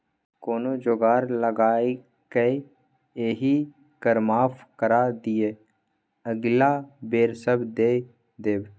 कोनो जोगार लगाकए एहि कर माफ करा दिअ अगिला बेर सभ दए देब